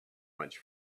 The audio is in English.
much